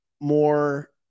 more